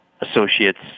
associates